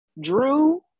drew